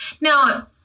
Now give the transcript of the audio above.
Now